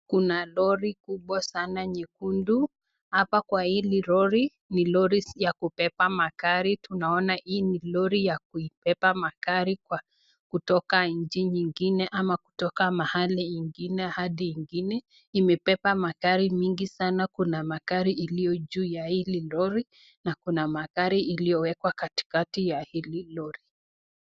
Kuna lori kubwa sana nyekundu , hapa Kwa hii lori, ni lori ya kubeba magari, kitu naona hii ni lori ya kubeba magari kutoka nchi nyingine ama kutoka mahali ingine hadi ingine. Hili imebeba magari mingi sana. Kuna magari iliyo juu ya hili lori, na Kuna magari iliyo wekwa katikati ya hili lori.